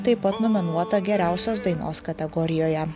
taip pat nominuota geriausios dainos kategorijoje